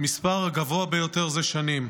המספר הגבוה ביותר זה שנים.